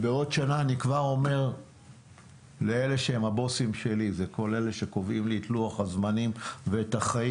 אני כבר אומר לבוסים שלי כל אלה שקובעים לי את לוח הזמנים ואת החיים,